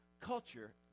culture